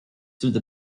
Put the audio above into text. through